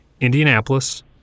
Indianapolis